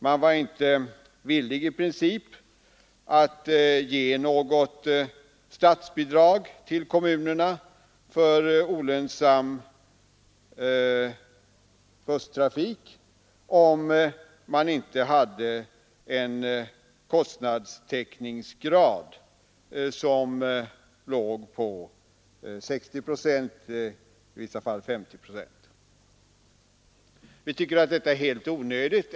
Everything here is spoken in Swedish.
Man var i princip inte villig att ge något statsbidrag till kommunerna för olönsam busstrafik, om inte kostnadstäckningsgraden låg på 60 procent, i vissa fall 50 procent. Vi tycker detta är helt onödigt.